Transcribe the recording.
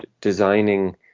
designing